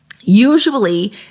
usually